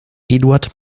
eduard